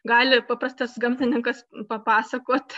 gali paprastas gamtininkas papasakot